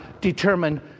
determine